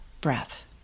breath